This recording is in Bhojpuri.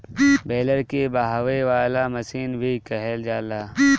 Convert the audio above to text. बेलर के बहावे वाला मशीन भी कहल जाला